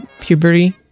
puberty